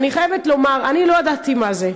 ואני חייבת לומר: לא ידעתי מה זה.